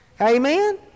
Amen